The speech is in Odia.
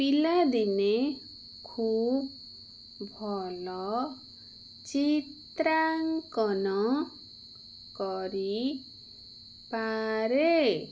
ପିଲାଦିନେ ଖୁବ ଭଲ ଚିତ୍ରାଙ୍କନ କରିପାରେ